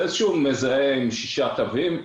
מדובר על מזהה עם שישה תווים.